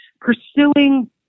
pursuing